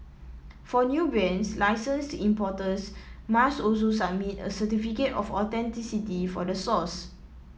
for new brands licensed importers must also submit a certificate of authenticity for the source